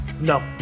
No